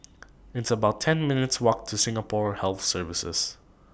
It's about ten minutes' Walk to Singapore Health Services